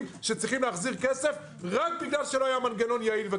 שצריכים להחזיר כסף רק כי לא היה מנגנון יעיל,